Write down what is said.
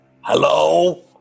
Hello